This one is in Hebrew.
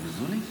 קיזזו לי?